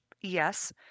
yes